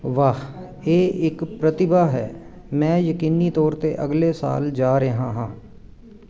ਵਾਹ ਇਹ ਇੱਕ ਪ੍ਰਤਿਭਾ ਹੈ ਮੈਂ ਯਕੀਨੀ ਤੌਰ 'ਤੇ ਅਗਲੇ ਸਾਲ ਜਾ ਰਿਹਾ ਹਾਂ